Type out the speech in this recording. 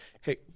hey